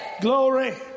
Glory